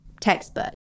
textbook